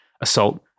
assault